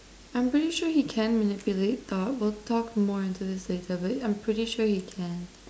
I'm pretty sure he can manipulate thought we'll talk more into this later but I'm pretty sure he can